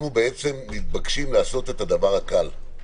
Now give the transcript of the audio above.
אנחנו בעצם מתבקשים לעשות את הדבר הקל,